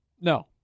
No